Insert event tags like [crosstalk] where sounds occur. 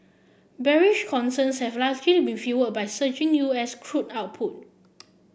bearish concerns have largely been [unintelligible] by surging U S crude output